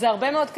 זה הרבה מאוד כסף.